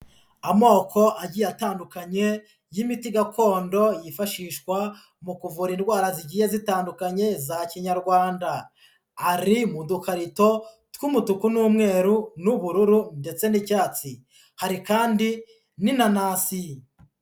Amoko agiye atandukanye y'imiti gakondo yifashishwa mu kuvura indwara zigiye zitandukanye za kinyarwanda, ari mu dukarito tw'umutuku n'umweru n'ubururu ndetse n'icyatsi, hari kandi n'inanasi.